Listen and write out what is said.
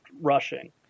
rushing